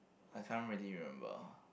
I can't really remember